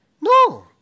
No